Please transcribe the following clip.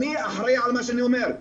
אני אחראי על מה שאני אומר,